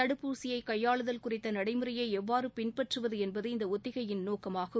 தடுப்பூசியை கையாளுதல் குறித்த நடைமுறையை எவ்வாறு பின்பற்றுவது என்பது இந்த ஒத்திகையின் நோக்கமாகும்